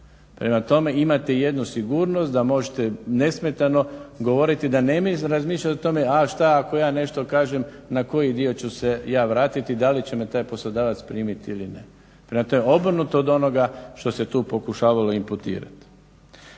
Prema tome, imate jednu sigurnost da možete nesmetano govoriti da ne morate razmišljati o tome a što ako ja nešto kažem na koji dio ću se ja vratiti, da li će me taj poslodavac primiti ili ne. Prema tome obrnuto od onoga što se tu pokušavalo imputirati.